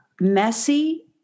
messy